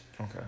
Okay